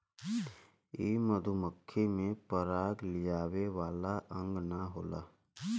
इ मधुमक्खी में पराग लियावे वाला अंग ना होला